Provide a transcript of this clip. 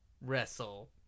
Wrestle